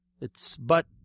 It's—but